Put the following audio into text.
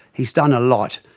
he's done a lot,